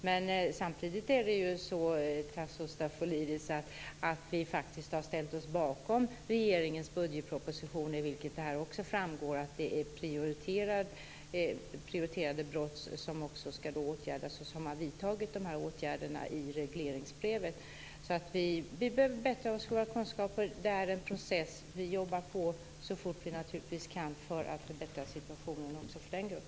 Men samtidigt har vi, Tasso Stafilidis, ställt oss bakom regeringens budgetproposition, i vilken det också framgår att detta är prioriterade brott som ska åtgärdas. Regeringen har också vidtagit de åtgärderna i regleringsbreven. Vi behöver som sagt förbättra våra kunskaper. Det är en process. Vi jobbar på så fort vi kan för att förbättra situationen också för denna grupp.